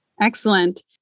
Excellent